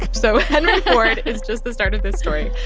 so henry ford is just the start of this story.